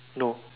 no